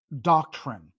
doctrine